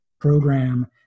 program